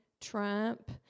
Trump